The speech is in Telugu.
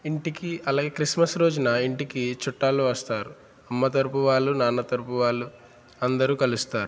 ఇంటికి అలాగే క్రిస్మస్ రోజున ఇంటికి చుట్టాలు వస్తారు అమ్మ తరుపు వాళ్ళు నాన్న తరుపు వాళ్ళు అందరూ కలుస్తారు